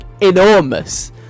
enormous